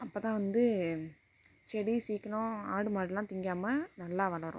அப்போதான் வந்து செடி சீக்கரம் ஆடு மாடெலாம் திங்காமல் நல்லா வளரும்